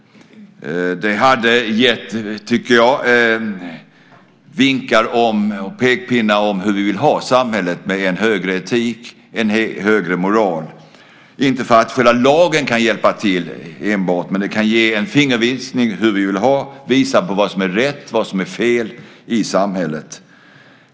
Jag tycker att det hade gett vinkar och pekpinnar om hur vi vill ha samhället med en högre etik och en högre moral - inte för att själva lagen kan hjälpa till enbart, men den kan ge en fingervisning om hur vi vill ha det. Den kan visa på vad som är rätt och vad som är fel i samhället.